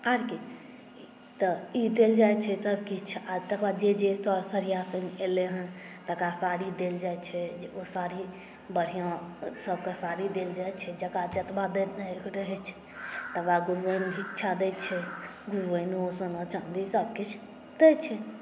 आर की तऽ ई देल जाइत छै सभकिछु आ तकर बाद जे जे साड़ सरिआसभ एलै हेँ तकरा साड़ी देल जाइत छै जे ओ साड़ी बढ़िआँ सभकेँ साड़ी देल जाइत छै जकरा जतबा देनाइ रहैत छै तब आगू भिक्षा दैत छै गुरुआइनो सोना चाँदी सभकिछु दैत छै